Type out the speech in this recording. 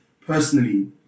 personally